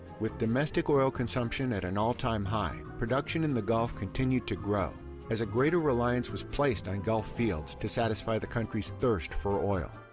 with domestic oil consumption at an all-time high production in the gulf continued to grow as a greater reliance was placed on gulf fields to satisfy the country's thirst for oil.